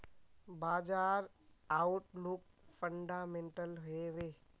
बाजार outlook fundamental हैवै?